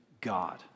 God